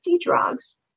drugs